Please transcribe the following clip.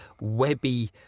webby